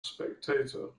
spectator